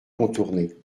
contourner